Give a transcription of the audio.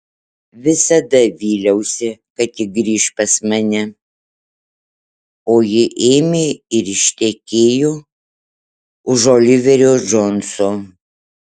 visada vyliausi kad ji grįš pas mane o ji ėmė ir ištekėjo už oliverio džonso